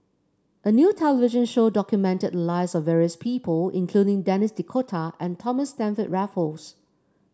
a new television show documented lives of various people including Denis D'Cotta and Thomas Stamford Raffles